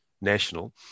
national